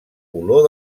olor